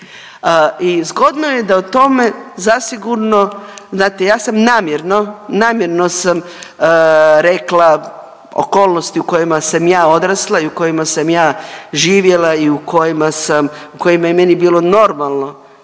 i zgodno je da o tome zasigurno, znate, ja sam namjerno, namjerno sam rekla okolnosti u kojima sam ja odrasla i u kojima sam ja živjela i u kojima sam, u kojima je meni bilo normalno,